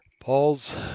Paul's